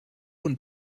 und